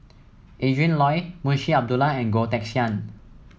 Adrin Loi Munshi Abdullah and Goh Teck Sian